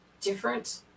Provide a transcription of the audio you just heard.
different